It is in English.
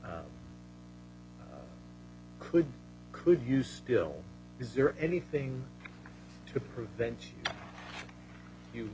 is could could you still is there anything to prevent you